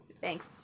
Thanks